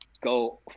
go